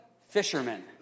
fishermen